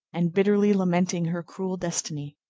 and bitterly lamenting her cruel destiny.